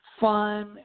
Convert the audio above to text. fun